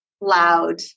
loud